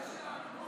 ישראבלוף.